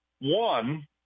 one